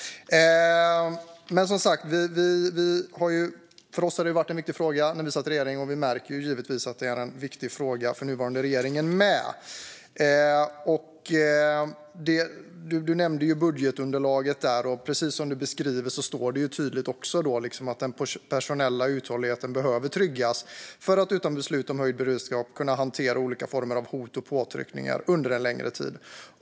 Som sagt var detta en viktig fråga för oss när vi satt i regering, och vi märker givetvis att det är en viktig fråga även för den nuvarande regeringen. Du nämnde budgetunderlaget, och precis som du beskriver står det tydligt: "Den personella uthålligheten behöver tryggas för att, utan beslut om höjd beredskap, kunna hantera olika former av hot och påtryckningar under en längre tid.